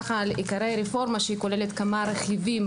על עיקרי הרפורמה שהיא כוללת כמה רכיבים